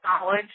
knowledge